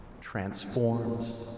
transforms